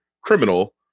criminal